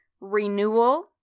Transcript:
renewal